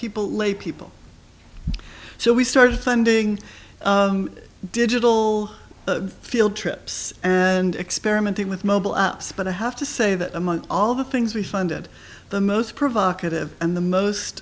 people lay people so we started finding digital field trips and experimenting with mobile apps but i have to say that among all the things we funded the most provocative and the most